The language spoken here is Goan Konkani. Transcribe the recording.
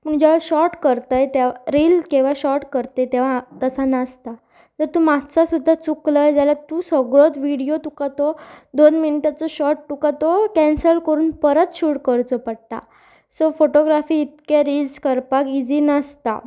पूण जे शॉर्ट करताय ते रील केवा शॉर्ट करत तेवा तस नासता ज तूं मात्सो सुद्दा चुकलोय जाल्यार तूं सगळोच विडियो तुका तो दोन मिनटाचो शॉट तुका तो कॅन्सल करून परत शूट करचो पडटा सो फोटोग्राफी इतके रिल्स करपाक इजी नासता